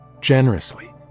generously